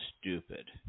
stupid